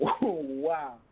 wow